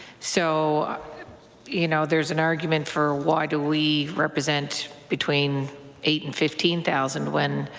so you know there's an argument for why do we represent between eight and fifteen thousand when,